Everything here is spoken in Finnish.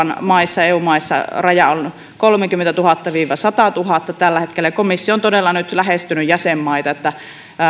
maissa eu maissa raja on kolmellakymmenellätuhannella viiva sadallatuhannella tällä hetkellä ja komissio on todella nyt lähestynyt jäsenmaita että